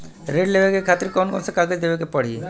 ऋण लेवे के खातिर कौन कोन कागज देवे के पढ़ही?